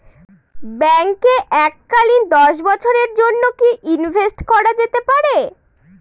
ব্যাঙ্কে এককালীন দশ বছরের জন্য কি ইনভেস্ট করা যেতে পারে?